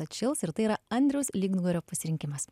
atšils ir tai yra andriaus lygnugario pasirinkimas